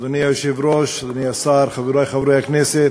אדוני היושב-ראש, אדוני השר, חברי חברי הכנסת,